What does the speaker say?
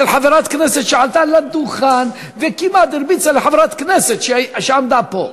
של חברת כנסת שעלתה לדוכן וכמעט הרביצה לחברת כנסת שעמדה פה.